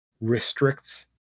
restricts